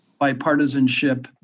bipartisanship